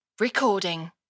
Recording